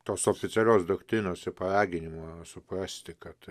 tos oficialios doktrinos ir paraginimo suprasti kad